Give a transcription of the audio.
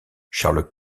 charles